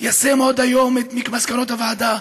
ישם עוד היום את מסקנות הוועדה.